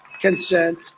consent